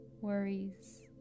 worries